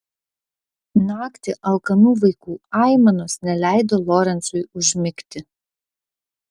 naktį alkanų vaikų aimanos neleido lorencui užmigti